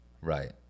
Right